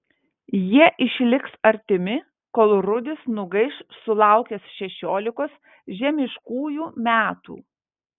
jie išliks artimi kol rudis nugaiš sulaukęs šešiolikos žemiškųjų metų